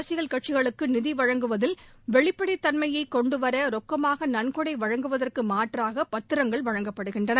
அரசியல் கட்சிகளுக்கு நிதி வழங்குவதில் வெளிப்படைத் தன்மையை கொண்டு வர ரொக்கமாக நன்கொடை வழங்குவதற்கு மாற்றாக பத்திரங்கள் வழங்கப்படுகின்றன